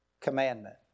commandment